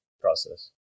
process